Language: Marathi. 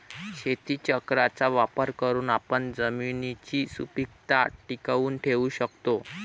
शेतीचक्राचा वापर करून आपण जमिनीची सुपीकता टिकवून ठेवू शकतो